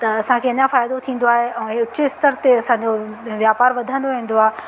त असांखे अञा फ़ाइदो थींदो आहे ऐं हे ऊचे स्तर ते असांजो व्यापार वधंदो वेंदो आहे